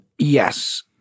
Yes